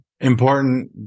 important